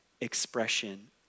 expression